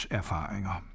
erfaringer